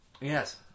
Yes